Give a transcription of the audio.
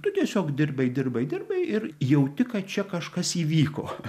tu tiesiog dirbai dirbai dirbai ir jauti kad čia kažkas įvyko